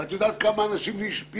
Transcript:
את יודעת על כמה אנשים זה השפיע?